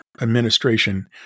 administration